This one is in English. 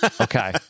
Okay